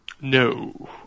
No